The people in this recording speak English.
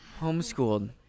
Homeschooled